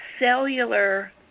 cellular